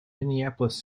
minneapolis